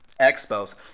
Expos